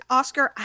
oscar